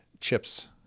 chips